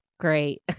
Great